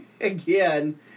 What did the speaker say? again